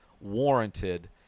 warranted